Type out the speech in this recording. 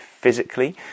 physically